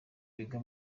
biga